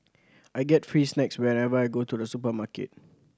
I get free snacks whenever I go to the supermarket